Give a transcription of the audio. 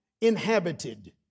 inhabited